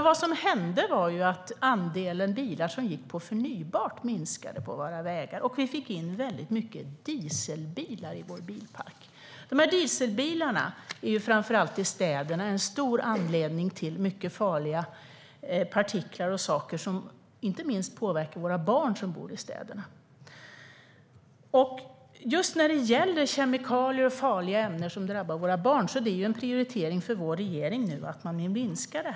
Det som hände var att andelen bilar som gick på förnybart minskade på våra vägar och att vi fick in väldigt många dieselbilar i vår bilpark. Framför allt i städerna är dessa dieselbilar en stor anledning till de mycket farliga partiklar som påverkar inte minst våra barn. När det gäller just kemikalier och farliga ämnen som drabbar våra barn är det en prioritering för vår regering att minska dem.